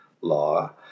law